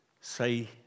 say